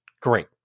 Great